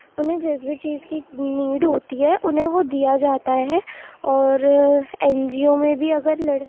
انہیں جس بھی چیز کی نیڈ ہوتی ہے انہیں وہ دیا جاتا ہے اور این جی او میں بھی اگر